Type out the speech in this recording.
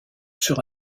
sur